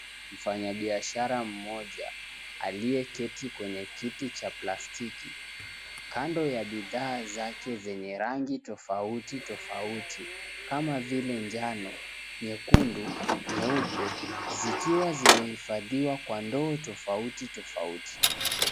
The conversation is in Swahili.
Mfanyabiashara mmoja aliyeketi kwenye kiti cha plastiki kando ya bidhaa zake zenye rangi tofauti tofauti kama vile njano, nyekundu, nyeupe zikiwa zimehifadhiwa kwa ndoo tofauti tofauti.